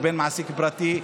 ובין מעסיק פרטי.